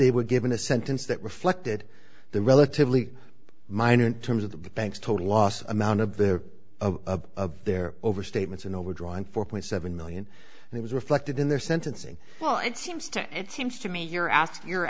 they were given a sentence that reflected the relatively minor in terms of the bank's total loss amount of their of their overstatements and overdrawn four point seven million and it was reflected in their sentencing well it seems to it seems to me you're asked you're